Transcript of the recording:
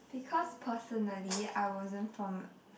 because personally I wasn't from